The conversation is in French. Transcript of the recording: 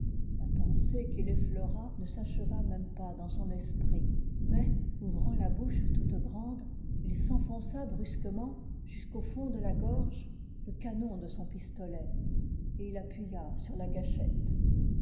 la pensée qui l'effleura ne s'acheva même pas dans son esprit mais ouvrant la bouche toute grande il s'enfonça brusquement jusqu'au fond de la gorge le canon de son pistolet et il appuya sur la gâchette